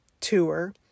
tour